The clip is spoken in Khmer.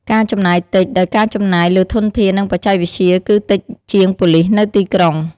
ការចំណាយតិច ដោយការចំណាយលើធនធាន និងបច្ចេកវិទ្យាគឺតិចជាងប៉ូលិសនៅទីក្រុង។